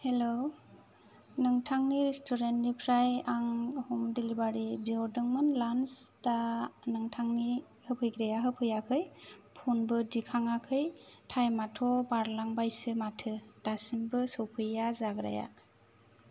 hello नोंथांनि रेस्टुरेन्टनिफ्राय आं हम दिलिभारि बिहरदोंमोन लान्स दा नोंथांनि होफैग्राया होफैयाखै फ'नबो दिखाङाखै टाइमआथ' बारलांबायसो माथो दासिमबो सफैया जाग्राया